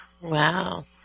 Wow